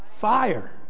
Fire